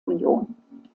union